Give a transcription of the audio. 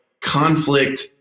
conflict